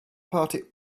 party